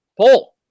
pull